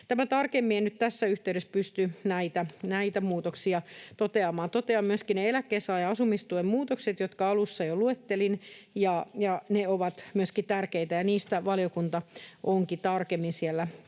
Tämän tarkemmin en nyt tässä yhteydessä pysty näitä muutoksia toteamaan. Totean myöskin ne eläkkeensaajan asumistuen muutokset, jotka alussa jo luettelin. Ne ovat myöskin tärkeitä, ja niistä valiokunta onkin tarkemmin siellä